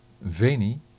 Veni